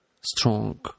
strong